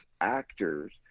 actors